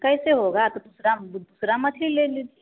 कैसे होगा तो दूसरा दूसरा मछली ले लीज